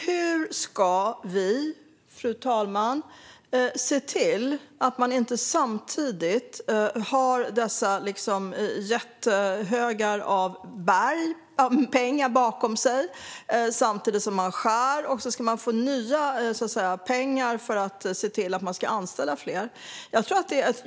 Hur ska vi se till att man inte kan ha berg av pengar bakom sig samtidigt som man skär ned och på samma gång tar emot nya pengar för att anställa fler?